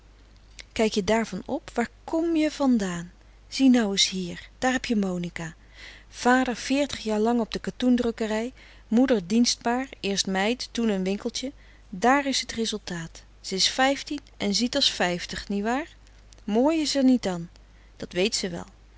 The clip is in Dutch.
kijk je daarvan op waar kom je van daan zie nou s hier daar heb je monica vader veertig jaar lang op de katoendrukkerij moeder dienstbaar eerst meid toen een winkeltje daar is t resultaat ze is vijftien en ziet als vijftig niewaar mooi is er niet an dat weet ze wel